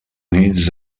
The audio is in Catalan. nits